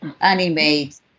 animate